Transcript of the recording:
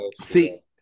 See